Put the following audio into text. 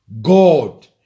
God